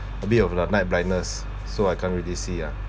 a bit of the night blindness so I can't really see ah